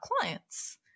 clients